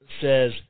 says